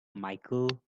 micheal